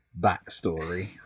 backstory